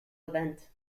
event